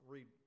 Read